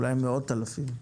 אולי מאות אלפים.